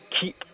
keep